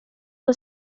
for